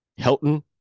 Helton